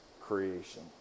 creation